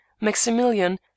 Maximilian